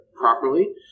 properly